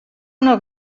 una